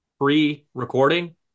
pre-recording